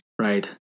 Right